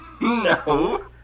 No